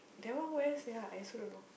that one where sia I also don't know